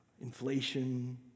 inflation